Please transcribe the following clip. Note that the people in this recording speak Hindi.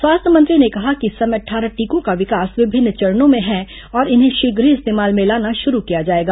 स्वास्थ्य मंत्री ने कहा कि इस समय अट्ठारह टीकों का विकास विभिन्न चरणों में है और इन्हें शीघ्र ही इस्तेमाल में लाना शुरू किया जाएगा